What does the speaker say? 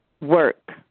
work